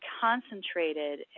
concentrated